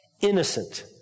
innocent